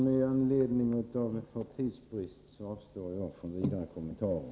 Herr talman! Av tidsbrist avstår jag från vidare kommentarer.